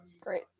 great